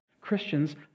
Christians